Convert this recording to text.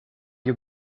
you